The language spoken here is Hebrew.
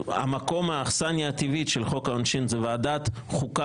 לכן האכסניה הטבעית שלהם היא ועדת חוקה,